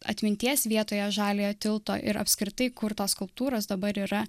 atminties vietoje žaliojo tilto ir apskritai kur tos skulptūros dabar yra